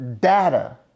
data